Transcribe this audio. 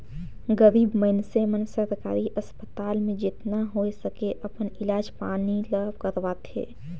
गरीब मइनसे मन सरकारी अस्पताल में जेतना होए सके अपन इलाज पानी ल करवाथें